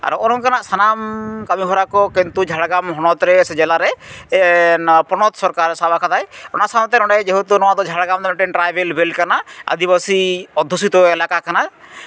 ᱟᱨ ᱱᱚᱜᱼᱚ ᱱᱚᱝᱠᱟᱱᱟᱜ ᱥᱟᱱᱟᱢ ᱠᱟᱹᱢᱤᱦᱚᱨᱟ ᱠᱚ ᱠᱤᱱᱛᱩ ᱡᱷᱟᱲᱜᱨᱟᱢ ᱦᱚᱱᱚᱛᱨᱮ ᱥᱮ ᱡᱮᱞᱟᱨᱮ ᱯᱚᱱᱚᱛ ᱥᱚᱨᱠᱟᱨᱮ ᱥᱟᱵ ᱟᱠᱟᱫᱟᱭ ᱚᱱᱟ ᱥᱟᱶᱛᱮ ᱱᱚᱸᱰᱮ ᱡᱮᱦᱮᱛᱩ ᱱᱚᱣᱟ ᱡᱷᱟᱲᱜᱨᱟᱢ ᱫᱚ ᱢᱤᱫᱴᱮᱱ ᱴᱨᱟᱭᱵᱷᱮᱞ ᱵᱮᱞ ᱠᱟᱱᱟ ᱟᱹᱫᱤᱵᱟᱹᱥᱤ ᱚᱫᱽᱫᱷᱩᱥᱤᱛᱚ ᱮᱞᱟᱠᱟ ᱠᱟᱱᱟ